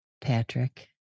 Patrick